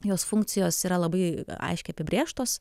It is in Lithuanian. jos funkcijos yra labai aiškiai apibrėžtos